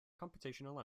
computational